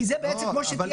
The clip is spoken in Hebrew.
כי זה בעצם כמו --- לא,